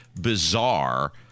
bizarre